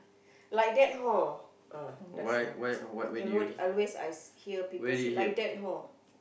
like that hor ah that's the like a lot always I hear people say like that hor